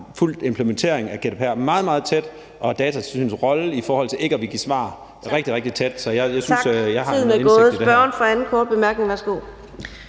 fulgt implementeringen af GDPR meget, meget tæt og Datatilsynets rolle i forhold til ikke at ville give svar rigtig, rigtig tæt. Så jeg synes, at jeg har